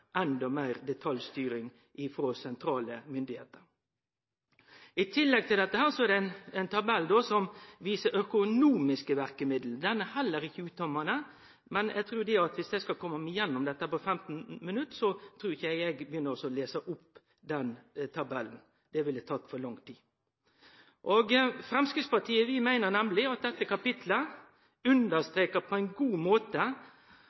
detaljstyring frå sentrale myndigheiter. I tillegg til dette er det ein tabell som viser økonomiske verkemiddel. Han er heller ikkje uttømmande, men for at eg skal kome gjennom dette på 15 minutt, trur eg ikkje eg vil begynne å lese opp den tabellen. Det ville tatt for lang tid. Framstegspartiet meiner nemleg at dette kapittelet på ein god måte